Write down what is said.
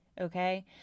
okay